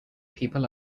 people